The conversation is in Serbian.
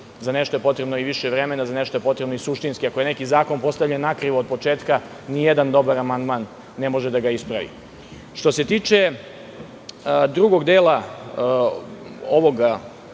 Za nešto je potrebno i više vremena. Ako je neki zakon postavljen nakrivo od početka, nijedan dobar amandman ne može da ga ispravi. Što se tiče drugog dela ovog